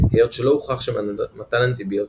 היות שלא הוכח שמתן אנטיביוטיקה,